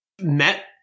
Met